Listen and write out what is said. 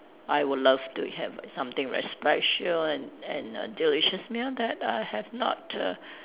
I would love to have something very special and and a delicious meal that I have not err